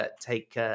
take